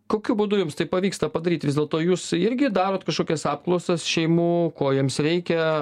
kokiu būdu jums tai pavyksta padaryt vis dėlto jūs irgi darot kažkokias apklausas šeimų ko joms reikia